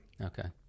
Okay